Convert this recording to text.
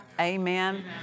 Amen